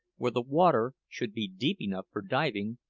where the water should be deep enough for diving,